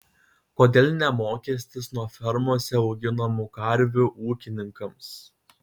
kodėl ne mokestis nuo fermose auginamų karvių ūkininkams